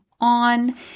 on